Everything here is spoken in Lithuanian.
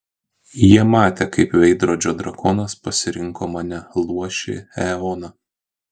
jie matė kaip veidrodžio drakonas pasirinko mane luošį eoną